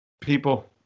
people